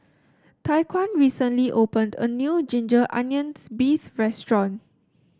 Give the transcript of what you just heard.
Tyquan recently opened a new Ginger Onions beef restaurant